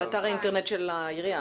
באתר האינטרנט של העירייה.